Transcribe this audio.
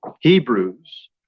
Hebrews